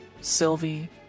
Sylvie